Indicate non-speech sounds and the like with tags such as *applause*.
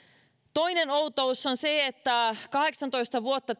toinen outous on se että kahdeksantoista vuotta *unintelligible*